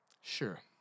Sure